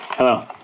Hello